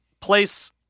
place